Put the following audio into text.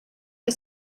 que